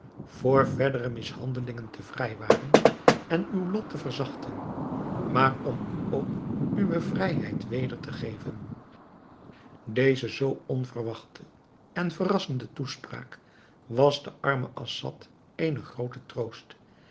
voor verdere mishandelingen te vrijwaren en uw lot te verzachten maar om u ook uwe vrijheid weder te geven deze zoo onverwachte en verrassende toespraak was den armen assad eene groote troost